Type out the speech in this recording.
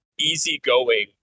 easygoing